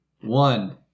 one